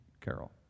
Carol